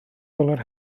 fowler